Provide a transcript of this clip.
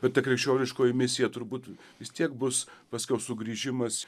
bet ta krikščioniškoji misija turbūt vis tiek bus paskiau sugrįžimas